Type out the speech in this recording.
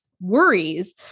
worries